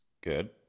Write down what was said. Good